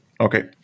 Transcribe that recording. Okay